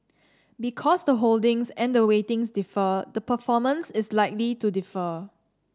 because the holdings and the weightings differ the performance is likely to differ